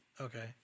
Okay